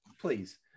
Please